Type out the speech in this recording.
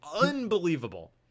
unbelievable